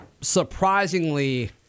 surprisingly